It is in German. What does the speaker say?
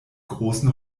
großen